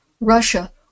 Russia